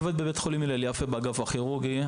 עובד באגף הכירורגי בית חולים הילל יפה.